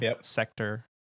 sector